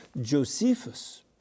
Josephus